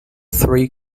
three